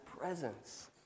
presence